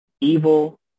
evil